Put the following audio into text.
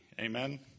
Amen